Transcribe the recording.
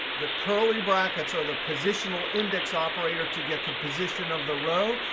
the curly brackets are the positional index operator to get the position of the row.